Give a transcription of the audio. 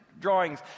drawings